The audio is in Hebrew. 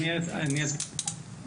אני אסביר.